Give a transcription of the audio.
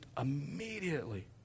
immediately